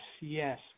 yes